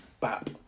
Bap